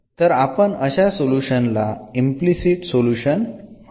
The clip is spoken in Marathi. तर आपण अशा सोल्युशन ला इम्प्लिसिट सोल्युशन म्हणू